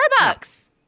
Starbucks